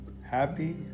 happy